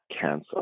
cancer